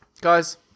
guys